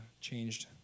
changed